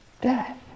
death